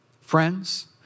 Friends